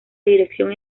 dirección